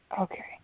okay